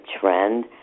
trend